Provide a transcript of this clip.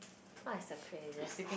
what is the craziest thing